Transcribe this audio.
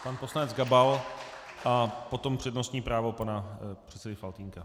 Pan poslanec Gabal a potom přednostní právo pana předsedy Faltýnka.